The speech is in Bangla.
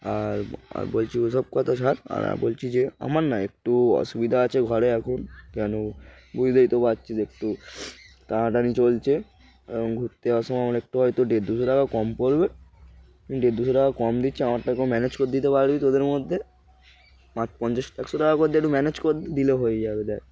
আর আর বলছি ওসব কথা ছাড় আর বলছি যে আমার না একটু অসুবিধা আছে ঘরে এখন কেন বুঝতেই তো পারছি যে একটু টানাটানি চলছে এবং ঘুরতে যাওয়ার সময় আমার একটু হয়তো দেড় দুশো টাকা কম পড়বে দেড় দুশো টাকা কম দিচ্ছি আমার পক্ষে ম্যানেজ করে দিতে পারবি তোদের মধ্যে পাঁচ পঞ্চাশ একশো টাকা করে দে একটু ম্যানেজ কর দিলে হয়ে যাবে দেখ